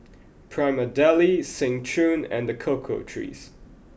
Prima Deli Seng Choon and The Cocoa Trees